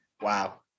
wow